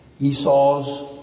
Esau's